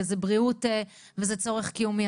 זאת בריאות וזה צורך קיומי.